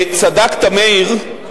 צדקת, מאיר.